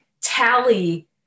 tally